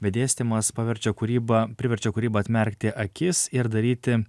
bet dėstymas paverčia kūrybą priverčia kūrybą atmerkti akis ir daryti